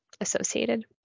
associated